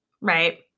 right